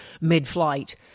mid-flight